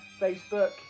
Facebook